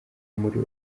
muri